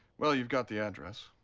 well you've got the address.